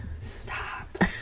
stop